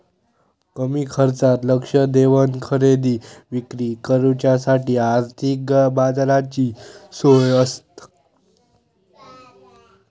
कमी खर्चात लक्ष देवन खरेदी विक्री करुच्यासाठी आर्थिक बाजाराची सोय आसता